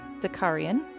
Zakarian